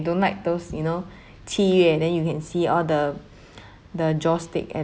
don't like those you know teeth and then you can see all the the joss stick at